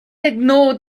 ignored